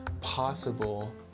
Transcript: possible